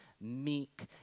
Meek